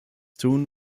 tun